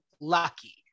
Lucky